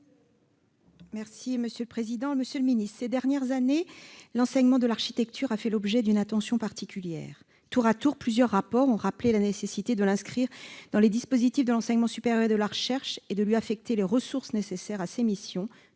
à M. le ministre de la culture. Ces dernières années, l'enseignement de l'architecture a fait l'objet d'une attention particulière. Tour à tour, plusieurs rapports ont rappelé la nécessité de l'inscrire dans les dispositifs de l'enseignement supérieur et de la recherche et de lui affecter les ressources nécessaires à ses missions